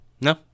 No